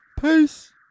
peace